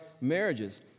marriages